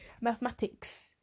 Mathematics